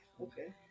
okay